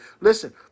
Listen